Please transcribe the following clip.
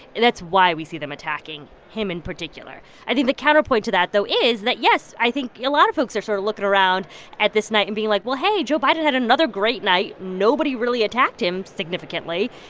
and that's why we see them attacking him in particular. i think the counterpoint to that, though, is that, yes, i think a lot of folks are sort of looking around at this night and being, like, well, hey, joe biden had another great night. nobody really attacked him significantly.